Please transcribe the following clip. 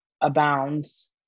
abounds